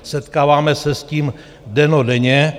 Setkáváme se s tím dennodenně.